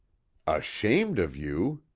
ashamed of you!